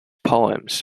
poems